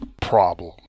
problem